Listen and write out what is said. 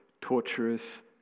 torturous